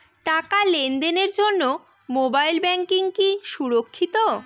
টাকা লেনদেনের জন্য মোবাইল ব্যাঙ্কিং কি সুরক্ষিত?